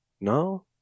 No